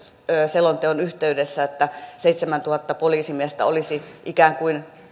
selonteon yhteydessä että seitsemäntuhatta poliisimiestä olisi ikään kuin